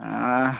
ஆ